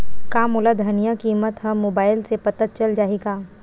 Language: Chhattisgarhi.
का मोला धनिया किमत ह मुबाइल से पता चल जाही का?